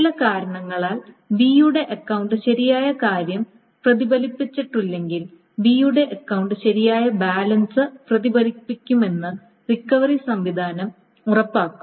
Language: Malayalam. ചില കാരണങ്ങളാൽ B യുടെ അക്കൌണ്ട് ശരിയായ കാര്യം പ്രതിഫലിപ്പിച്ചിട്ടില്ലെങ്കിൽ B യുടെ അക്കൌണ്ട് ശരിയായ ബാലൻസ് പ്രതിഫലിപ്പിക്കുമെന്ന് റിക്കവറി സംവിധാനം ഉറപ്പാക്കും